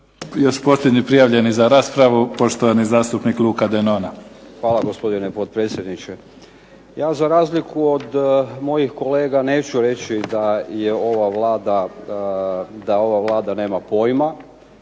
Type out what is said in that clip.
još posljednji prijavljeni za raspravu, poštovani zastupnik Luka Denona. **Denona, Luka (SDP)** Hvala, gospodine potpredsjedniče. Ja za razliku od mojih kolega neću reći da ova Vlada nema pojma